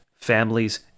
families